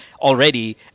already